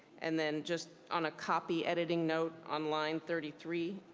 and then just on a copy editing note, online thirty three,